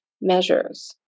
measures